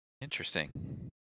interesting